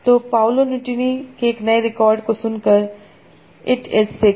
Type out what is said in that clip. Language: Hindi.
तो पाउलो नुटिनी के नए रिकॉर्ड को सुनकर इट इज़ सिक